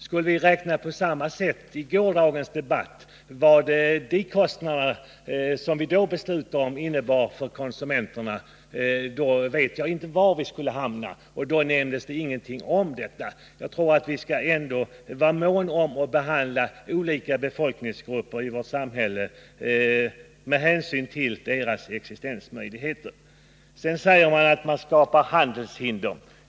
Skulle vi ha räknat på samma sätt i gårdagens debatt när det gällde vad de kostnader som vi då beslutade om skulle komma att innebära för konsumenterna vet jag inte var vi skulle ha hamnat — och då nämndes det ingenting om detta. Jag tycker vi skall vara måna om att behandla olika befolkningsgrupper i vårt samhälle med hänsyn till deras existensmöjligheter. Sedan säger herr Wachtmeister att man skapar handelshinder.